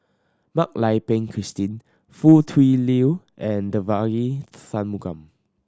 Mak Lai Peng Christine Foo Tui Liew and Devagi Sanmugam